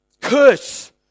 curse